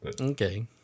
Okay